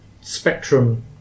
spectrum